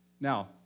Now